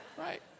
Right